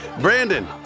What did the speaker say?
Brandon